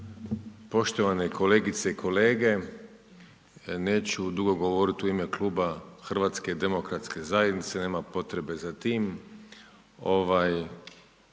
poštovane kolegice i kolege. Neću dugo govoriti u ime Kluba Hrvatske demokratske zajednice, nema potrebe za tim,